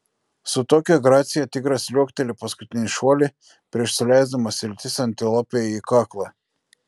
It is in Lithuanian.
su tokia gracija tigras liuokteli paskutinį šuolį prieš suleisdamas iltis antilopei į kaklą